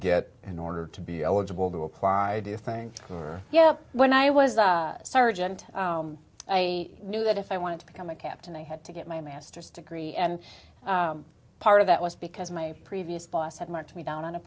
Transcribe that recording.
get in order to be eligible to apply do you think yeah when i was a sergeant i knew that if i wanted to become a captain i had to get my master's degree and part of that was because my previous boss had marked me down on a